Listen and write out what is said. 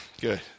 Good